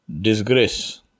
disgrace